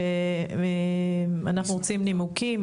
אנחנו רוצים נימוקים,